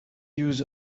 use